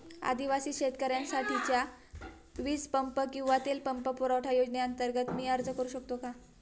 आदिवासी शेतकऱ्यांसाठीच्या वीज पंप किंवा तेल पंप पुरवठा योजनेअंतर्गत मी अर्ज करू शकतो का?